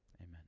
amen